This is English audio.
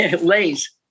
Lays